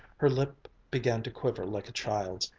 her lip began to quiver like a child's,